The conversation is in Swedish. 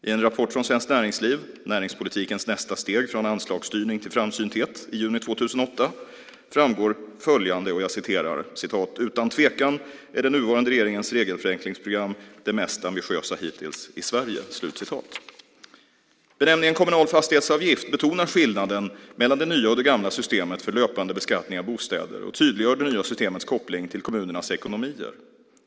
I en rapport från Svenskt Näringsliv, Näringspolitikens nästa steg - från anslagsstyrning till framsynthet , från juni 2008 framgår följande: "Utan tvekan är den nuvarande regeringens regelförenklingsprogram det mest ambitiösa hittills i Sverige." Benämningen "kommunal fastighetsavgift" betonar skillnaden mellan det nya och det gamla systemet för löpande beskattning av bostäder och tydliggör det nya systemets koppling till kommunernas ekonomier.